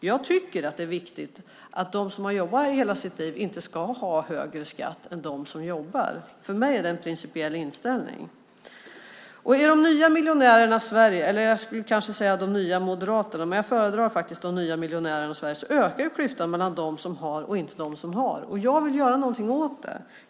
Jag tycker att det är viktigt att de som har jobbat hela sitt liv inte ska ha högre skatt än de som jobbar. För mig är det en principiell inställning. I de nya miljonärernas Sverige - jag skulle kanske säga de nya moderaternas Sverige, men jag föredrar att säga de nya miljonärernas Sverige - ökar klyftan mellan dem som har och dem som inte har. Jag vill göra någonting åt det.